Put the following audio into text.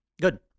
Good